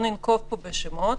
חניה בשפע.